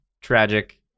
tragic